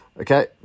Okay